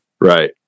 right